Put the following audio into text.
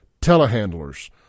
telehandlers